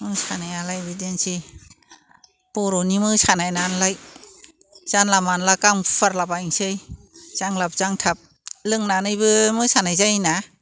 मोसानायालाय बिदिनोसै बर'नि मोसानायनालाय जानला मोनला गां फुवारला बायनोसै जांलाब जांथाब लोंनानैबो मोसानाय जायोना